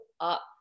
up